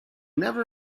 never